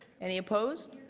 any opposed?